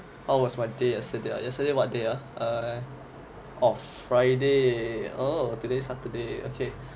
how was my day yesterday ah yesterday what day ah err orh friday oh saturday saturday okay